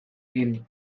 egin